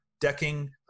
decking